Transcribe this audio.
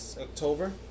October